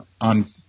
on